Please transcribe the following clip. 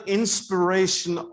inspiration